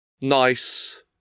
nice